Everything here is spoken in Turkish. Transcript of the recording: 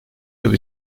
yıl